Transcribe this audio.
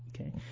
Okay